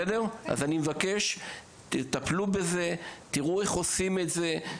אני מבקש שתטפלו בזה, תראו איך עושים את זה.